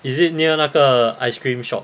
is it near 那个 ice cream shop